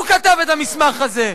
הוא כתב את המסמך הזה.